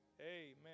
Amen